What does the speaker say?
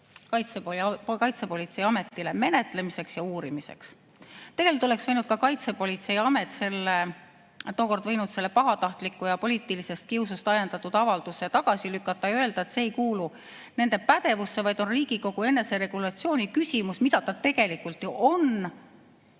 Kaitsepolitseiametile menetlemiseks ja uurimiseks. Tegelikult oleks võinud Kaitsepolitseiamet tookord võinud selle pahatahtliku ja poliitilisest kiusust ajendatud avalduse tagasi lükata ja öelda, et see ei kuulu nende pädevusse, vaid on Riigikogu eneseregulatsiooni küsimus, sest seda ta tegelikult ju on.